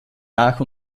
nach